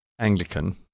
Anglican